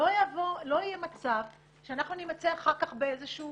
לא יהיה מצב שאנחנו נימצא אחר כך באיזשהו